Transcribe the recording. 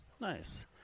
Nice